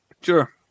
Sure